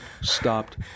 stopped